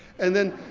and then.